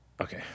Okay